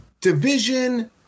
division